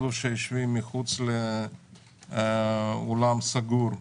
אלו שיושבים מחוץ לאולם סגור,